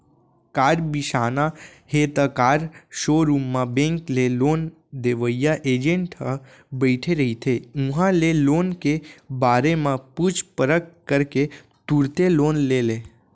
car बिसाना हे त कार सोरूम म बेंक ले लोन देवइया एजेंट ह बइठे रहिथे उहां ले लोन के बारे म पूछ परख करके तुरते लोन ले ले